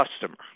customer